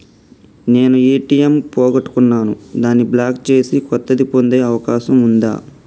నేను ఏ.టి.ఎం పోగొట్టుకున్నాను దాన్ని బ్లాక్ చేసి కొత్తది పొందే అవకాశం ఉందా?